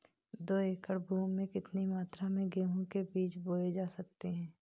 दो एकड़ भूमि में कितनी मात्रा में गेहूँ के बीज बोये जा सकते हैं?